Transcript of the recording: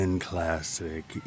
Classic